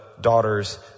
daughters